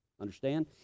Understand